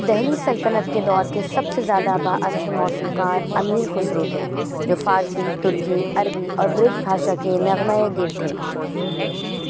دہلی سلطنت کے دور کے سب سے زیادہ با اثر موسیقار امیر خسرو تھے جو فارسی ترکی عربی اور برج بھاشا کے نغمۂ گر تھے